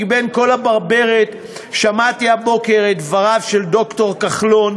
מכל הברברת שמעתי הבוקר את דבריו של ד"ר כחלון,